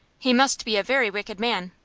he must be a very wicked man.